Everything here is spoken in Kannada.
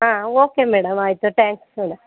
ಹಾಂ ಓಕೆ ಮೇಡಮ್ ಆಯಿತು ಟ್ಯಾಂಕ್ಸ್ ಮೇಡ